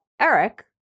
Eric